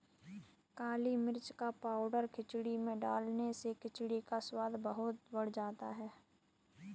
काली मिर्च का पाउडर खिचड़ी में डालने से खिचड़ी का स्वाद बहुत बढ़ जाता है